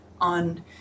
on